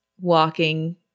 walking